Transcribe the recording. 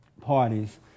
parties